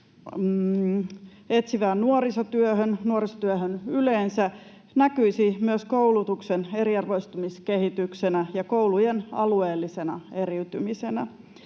ja nuorisotyöhön yleensä näkyisi myös koulutuksen eriarvoistumiskehityksenä ja koulujen alueellisena eriytymisenä.